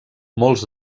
molts